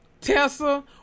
Tessa